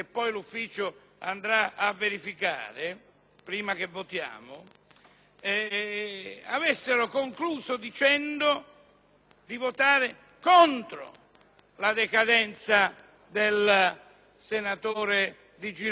avessero concluso dicendo di votare contro la decadenza del senatore Di Girolamo, senza giri di parole più o meno contorti: